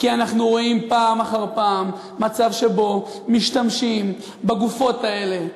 כי אנחנו רואים פעם אחר פעם מצב שבו משתמשים בגופות האלה לחגיגות,